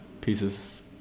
pieces